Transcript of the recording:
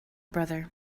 brother